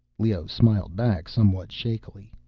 leoh smiled back, somewhat shakily.